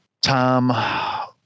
Tom